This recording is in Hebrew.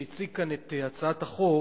שהציג כאן את הצעת החוק,